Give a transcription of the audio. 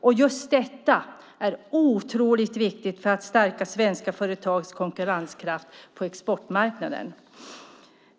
Och just detta är otroligt viktigt för att stärka svenska företags konkurrenskraft på exportmarknaden.